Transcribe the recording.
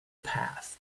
path